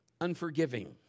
unforgiving